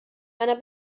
einer